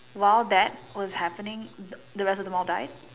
while that was happening the rest of them all died